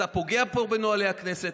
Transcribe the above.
אתה פוגע פה בנוהלי הכנסת.